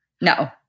No